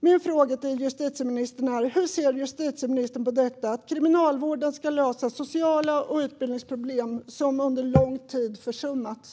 Min fråga till justitieministern är: Hur ser justitieministern på att Kriminalvården ska lösa sociala problem och utbildningsproblem som under lång tid försummats?